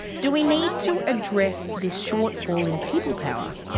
do we need to address this shortfall in people power?